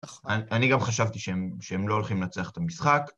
אני גם חשבתי שהם לא הולכים לנצח את המשחק